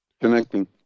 connecting